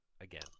again